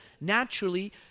naturally